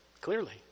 Clearly